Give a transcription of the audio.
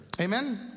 Amen